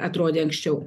atrodė anksčiau